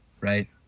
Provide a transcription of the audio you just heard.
Right